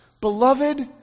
beloved